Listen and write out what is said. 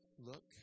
look